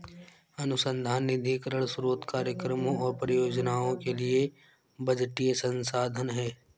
अनुसंधान निधीकरण स्रोत कार्यक्रमों और परियोजनाओं के लिए बजटीय संसाधन है